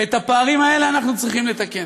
ואת הפערים האלה אנחנו צריכים לתקן.